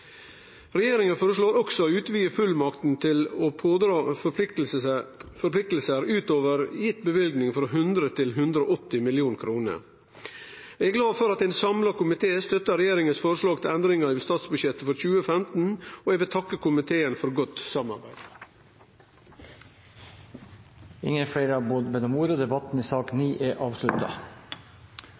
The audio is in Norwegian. Regjeringa foreslår også å utvide fullmakta til å pådra forpliktingar utover gitt løyving, frå 100 mill. kr til 180 mill. kr. Eg er glad for at ein samla komité stør regjeringas forslag til endringar i statsbudsjettet for 2015, og eg vil takke komiteen for godt samarbeid. Flere har ikke bedt om ordet til sak nr. 9. Når det gjelder neste sak,